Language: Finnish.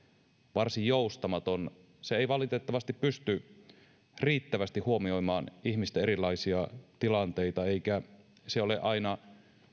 varsin joustamaton se ei valitettavasti pysty riittävästi huomioimaan ihmisten erilaisia tilanteita eikä se ole aina